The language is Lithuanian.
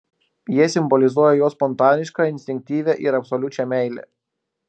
jie simbolizuoja jo spontanišką instinktyvią ir absoliučią meilę